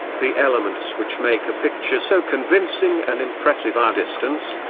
the elements which make a picture so convincing and impressive are distance,